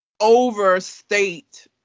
overstate